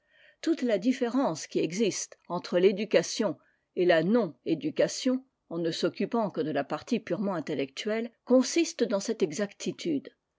toute la différence qui existe entre l'éducation et la nonéducation en ne s'occupant que de la partie purement intellectuelle consiste dans cette exactitude